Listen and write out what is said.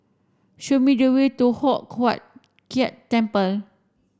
show me the way to Hock Huat Keng Temple